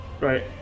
Right